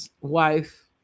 wife